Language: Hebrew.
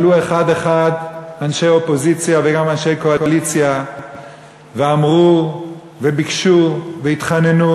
עלו אחד-אחד אנשי אופוזיציה וגם אנשי קואליציה ואמרו וביקשו והתחננו,